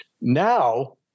Now